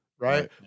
Right